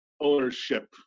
ownership